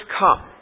come